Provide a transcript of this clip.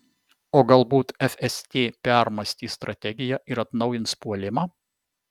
o galbūt fst permąstys strategiją ir atnaujins puolimą